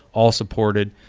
all supported,